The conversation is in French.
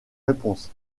réponse